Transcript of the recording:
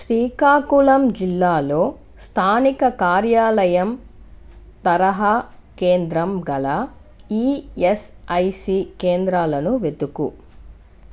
శ్రీకాకుళం జిల్లాలో స్థానిక కార్యాలయం తరహా కేంద్రం గల ఈఎస్ఐసి కేంద్రాలను వెతుకు